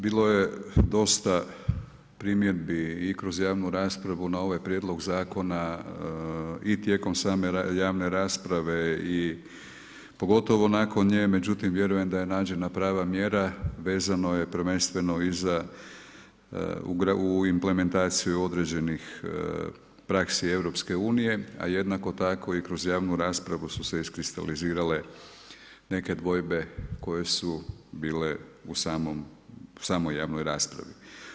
Bilo je dosta primjedbi i kroz javnu raspravu na ovaj prijedlog zakona i tijekom same javne rasprave i pogotovo nakon nje međutim vjerujem da je nađena prava mjera, vezano je prvenstveno i za u implementaciju određenih praksi EU-a a jednako tako i kroz javnu raspravu su se iskristalizirale neke dvojbe koje su bile u samoj javnoj raspravi.